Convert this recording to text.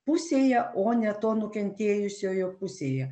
pusėje o ne to nukentėjusiojo pusėje